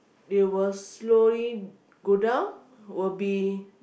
you will slowly go down will be